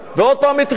ועוד פעם התריע,